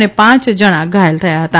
અને પાંચ જણ ગાયલ થયા હતા